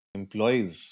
employees